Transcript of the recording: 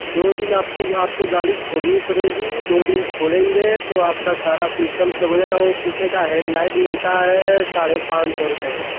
दो दिन आपकी आप को गाड़ी छोड़नी पड़ेगी दो दिन छोड़ेंगे तो आपका सारा सिश्टम समझेगा वो पीछे का हेडलाइट मिलता है साढ़े पाँच सौ रुपये का